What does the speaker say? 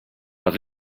but